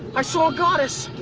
i saw a goddess.